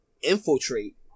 infiltrate